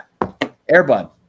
Airbud